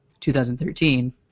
2013